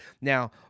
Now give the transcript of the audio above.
Now